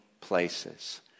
places